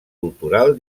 cultural